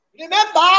Remember